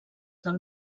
del